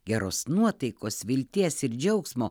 geros nuotaikos vilties ir džiaugsmo